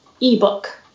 ebook